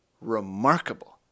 remarkable